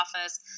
Office